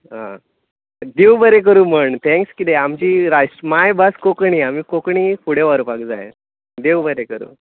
आं देव बरें करूं म्हण थेंक्स कितें आमची राश माय भास कोंकणी आमी कोंकणी फुडें व्हरपाक जाय देव बरें करूं